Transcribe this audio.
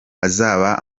azaba